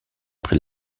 prit